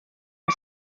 que